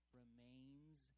remains